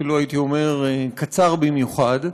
אפילו הייתי אומר קצר במיוחד,